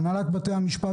הנהלת בתי המשפט